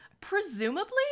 presumably